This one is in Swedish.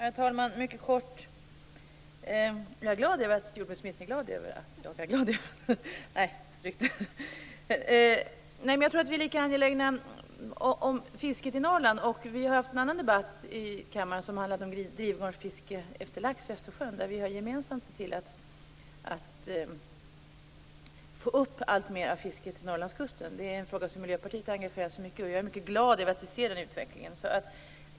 Herr talman! Jag skall fatta mig mycket kort. Jag tror att vi är lika angelägna om fisket i Norrland. Vi har haft en annan debatt i kammaren som handlade om drivgarnsfiske efter lax i Östersjön, och vi har gemensamt sett till att få upp alltmer fiske till Norrlandskusten. Det är en fråga som Miljöpartiet har engagerat sig mycket i, och jag är mycket glad över att vi ser den utvecklingen.